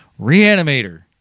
Reanimator